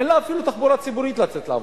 אין לה אפילו תחבורה ציבורית לצאת לעבודה.